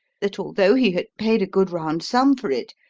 that although he had paid a good round sum for it,